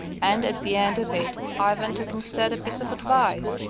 and at the end of it ivan took instead a piece of advice,